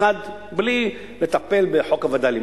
בלי לטפל בחוק הווד"לים.